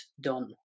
done